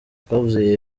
twavuze